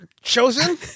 chosen